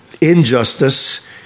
Injustice